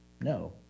No